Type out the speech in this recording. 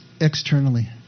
externally